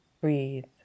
Breathe